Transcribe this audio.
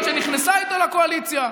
זו שנכנסה איתו לקואליציה.